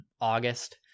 August